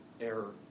error